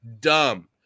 dumb